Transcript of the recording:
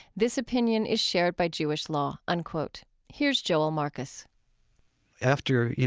this opinion is shared by jewish law, unquote. here's joel marcus after, you